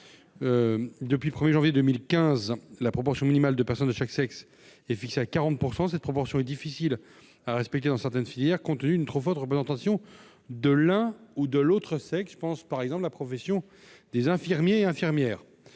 Depuis le 1 janvier 2015, la proportion minimale de personnes de chaque sexe est fixée à 40 %. Cette proportion est difficile à respecter dans certaines filières, compte tenu d'une trop forte représentation de l'un ou l'autre sexe- je pense aux infirmières.